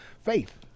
faith